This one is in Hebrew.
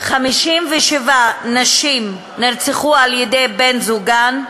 57 נשים נרצחו על-ידי בן-זוגן.